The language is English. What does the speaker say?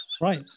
Right